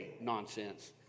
nonsense